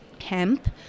hemp